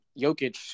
Jokic